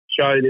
show